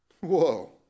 Whoa